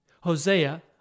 Hosea